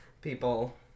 people